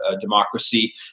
democracy